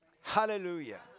Hallelujah